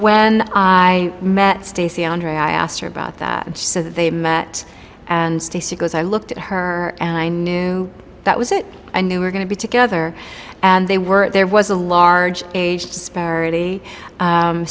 when i met stacy andre i asked her about that and said that they met and stacy goes i looked at her and i knew that was it and they were going to be together and they were there was a large age disparity